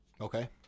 Okay